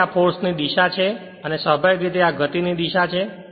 તેથી આ ફોર્સ ની દિશા છે અને સ્વાભાવિક રીતે આ ગતિની દિશા છે